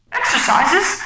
exercises